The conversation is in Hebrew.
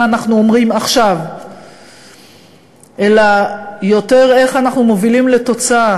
אנחנו אומרים עכשיו אלא יותר איך אנחנו מובילים לתוצאה